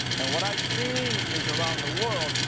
and what i've seen is around the world,